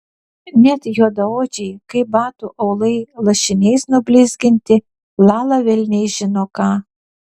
net juodaodžiai kaip batų aulai lašiniais nublizginti lala velniai žino ką